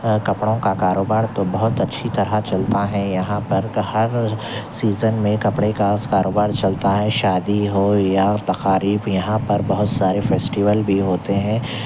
کپڑوں کا کاروبار تو بہت اچھی طرح چلتا ہے یہاں پر ہر سیزن میں کپڑے کا کاروبار چلتا ہے شادی ہو یا تقاریب یہاں پر بہت سارے فیسٹول بھی ہوتے ہیں